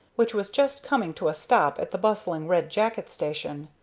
which was just coming to a stop at the bustling red jacket station,